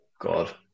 God